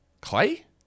clay